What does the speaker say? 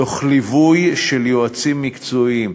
תוך ליווי של יועצים מקצועיים.